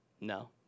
No